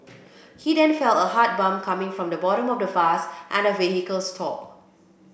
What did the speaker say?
he then felt a hard bump coming from the bottom of the bus and the vehicle stopped